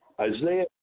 Isaiah